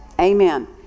Amen